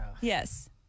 Yes